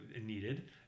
needed